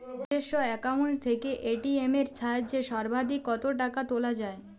নিজস্ব অ্যাকাউন্ট থেকে এ.টি.এম এর সাহায্যে সর্বাধিক কতো টাকা তোলা যায়?